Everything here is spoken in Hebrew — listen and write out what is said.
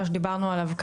בשלב הבא,